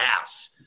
ass